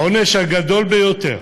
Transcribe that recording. העונש הגדול ביותר